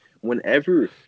Whenever